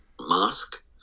mask